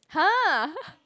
!huh!